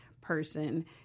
person